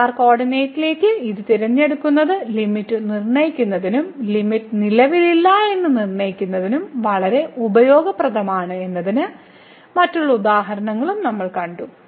polar കോർഡിനേറ്റിലേക്ക് ഇത് തിരഞ്ഞെടുക്കുന്നത് ലിമിറ്റ് നിർണ്ണയിക്കുന്നതിനും ലിമിറ്റ് നിലവിലില്ലെന്ന് നിർണ്ണയിക്കുന്നതിനും വളരെ ഉപയോഗപ്രദമാണ് എന്നതിന് മറ്റ് ഉദാഹരണങ്ങളും നമ്മൾ കണ്ടു